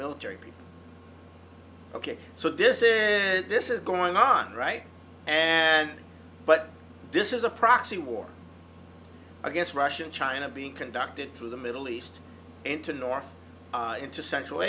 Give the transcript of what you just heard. military people ok so this is this is going on right and but this is a proxy war against russia and china being conducted through the middle east into north into central